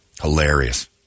Hilarious